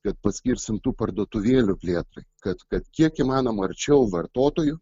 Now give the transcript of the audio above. kad paskirsim tų parduotuvėlių plėtrai kad kad kiek įmanoma arčiau vartotojų